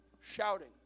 shouting